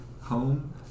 home